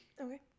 Okay